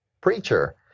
preacher